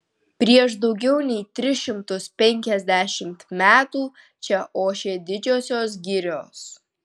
prieš daugiau nei tris šimtus penkiasdešimt metų čia ošė didžiosios girios